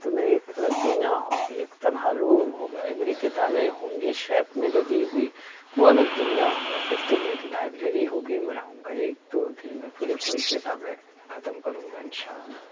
تو میری ایک الگ دنیا ہوگی ایک تنہا روم ہوگا ایک میری کتابیں ہوں گی شیلف میں لگی ہوئی وہ الگ دنیا ہوگا پھر تو میری لائبریری ہوگی میں ہوں گا ایک دو دن میں پوری پوری کتابیں ختم کروں گا ان شاء اللہ